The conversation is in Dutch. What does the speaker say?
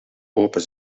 open